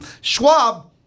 Schwab